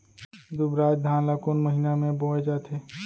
दुबराज धान ला कोन महीना में बोये जाथे?